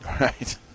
Right